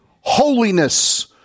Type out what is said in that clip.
holiness